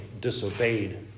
disobeyed